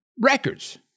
records